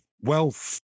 wealth